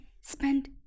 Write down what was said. spend